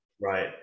Right